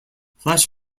flash